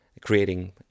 Creating